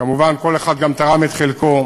כמובן כל אחד גם תרם את חלקו,